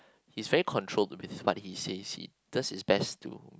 he's very controlled with what he says he does his best too